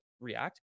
react